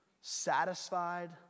satisfied